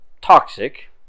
toxic